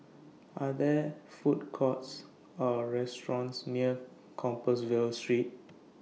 Are There Food Courts Or restaurants near Compassvale Street